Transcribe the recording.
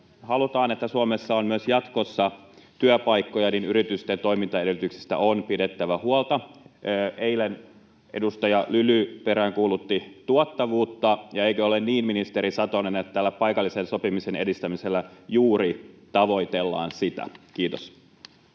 Halutaan, että Suomessa on myös jatkossa työpaikkoja, joten yritysten toimintaedellytyksistä on pidettävä huolta. Eilen edustaja Lyly peräänkuulutti tuottavuutta. Eikö ole niin, ministeri Satonen, että tällä paikallisen sopimisen edistämisellä juuri tavoitellaan sitä? — Kiitos.